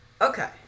Okay